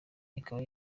ikaba